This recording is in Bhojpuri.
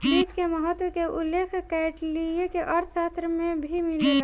वित्त के महत्त्व के उल्लेख कौटिल्य के अर्थशास्त्र में भी मिलेला